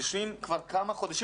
יושבים כבר כמה חודשים,